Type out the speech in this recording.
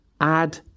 add